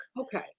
Okay